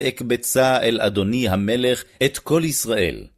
הקבצה אל אדוני המלך את כל ישראל.